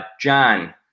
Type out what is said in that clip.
John